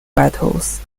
battles